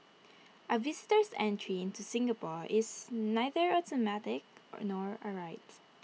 A visitor's entry into Singapore is neither automatic nor A right